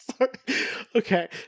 Okay